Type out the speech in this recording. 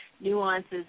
nuances